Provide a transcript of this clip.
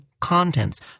contents